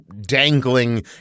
dangling